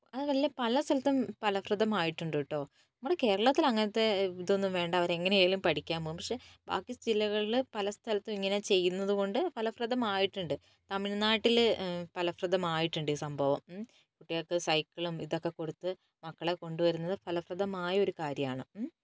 അതുമല്ല പല സ്ഥലത്തും ഫലപ്രദമായിട്ടുണ്ട് കേട്ടോ നമ്മുടെ കേരളത്തിൽ അങ്ങനത്തെ ഇതൊന്നും വേണ്ട അവർ എങ്ങനെയായാലും പഠിക്കാൻ പോവും പക്ഷേ ബാക്കി ജില്ലകളിൽ പല സ്ഥലത്തും ഇങ്ങനെ ചെയ്യുന്നതുകൊണ്ട് ഫലപ്രദമായിട്ടുണ്ട് തമിഴ്നാട്ടില് ഫലപ്രദമായിട്ടുണ്ട് ഈ സംഭവം അവർക്ക് സൈക്കിളും ഇതൊക്കെ കൊടുത്ത് മക്കളെ കൊണ്ടു വരുന്നത് ഫലപ്രദമായ ഒരു കാര്യമാണ്